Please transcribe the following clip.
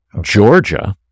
Georgia